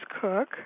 cook